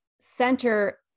center